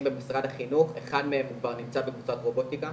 במשרד החינוך אחד מהם כבר נמצא בקבוצת רובוטיקה